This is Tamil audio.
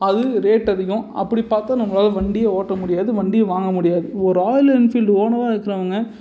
அது ரேட் அதிகம் அப்படி பார்த்தா நம்மளால வண்டி ஓட்ட முடியாது வண்டியும் வாங்க முடியாது ஒரு ராயல் என்ஃபீல்ட் ஓனராக இருக்கிறவங்க